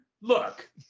look